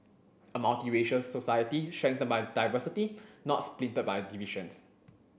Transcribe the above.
a multiracial society strengthened by diversity not splintered by divisions